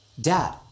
dad